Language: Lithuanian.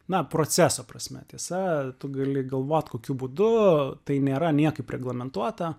na proceso prasme tiesa tu gali galvot kokiu būdu tai nėra niekaip reglamentuota